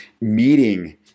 meeting